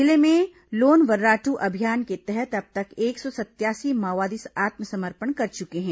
जिले में लोन वर्राट् अभियान के तहत अब तक एक सौ सतयासी माओवादी आत्मसमर्पण कर चुके हैं